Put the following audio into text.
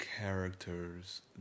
characters